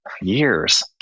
years